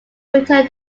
returned